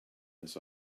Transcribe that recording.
this